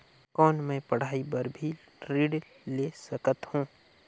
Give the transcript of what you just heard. कौन मै पढ़ाई बर भी ऋण ले सकत हो?